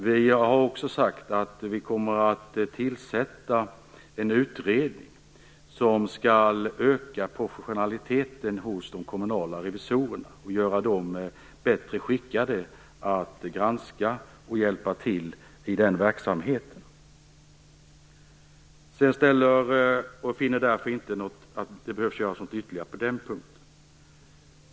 Vi har också sagt att vi kommer att tillsätta en utredning som skall öka professionaliteten hos de kommunala revisorerna och göra dem bättre skickade att granska och hjälpa till i den verksamheten. Jag finner därför inte att det behövs göras något ytterligare på den punkten.